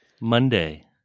Monday